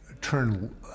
turn